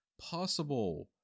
possible